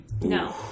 No